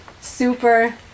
super